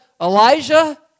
Elijah